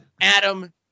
Adam